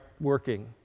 working